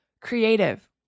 creative